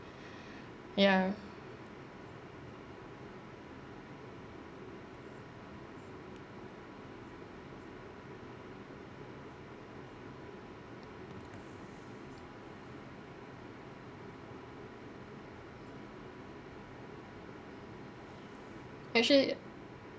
ya actually